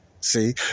See